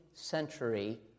century